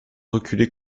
reculer